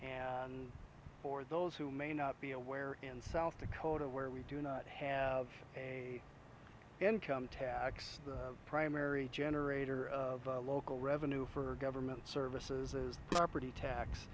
and for those who may not be aware in south dakota where we do not have a income tax the primary generator of local revenue for government services is property tax